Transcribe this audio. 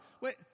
Wait